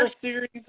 series